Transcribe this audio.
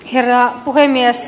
herra puhemies